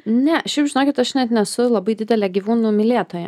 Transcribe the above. ne šiaip žinokit aš net nesu labai didelė gyvūnų mylėtoja